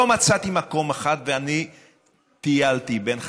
לא מצאתי מקום אחד, ואני טיילתי בין חבריי,